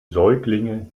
säuglinge